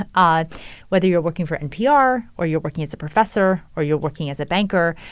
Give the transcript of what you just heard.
ah ah whether you're working for npr or you're working as a professor or you're working as a banker,